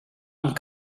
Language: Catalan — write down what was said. amb